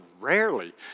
rarely